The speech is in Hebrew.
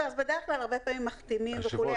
בדרך כלל מחתימים וכולי,